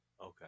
okay